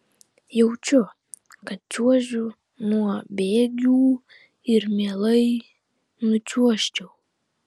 jaučiu kad čiuožiu nuo bėgių ir mielai nučiuožčiau